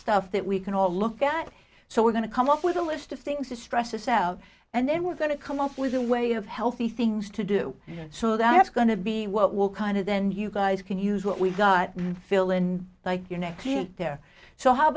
stuff that we can all look at so we're going to come up with a list of things to stress out and then we're going to come up with a way of healthy things to do so that's going to be what will kind of then you guys can use what we've got fill in like you're next there so how